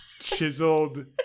chiseled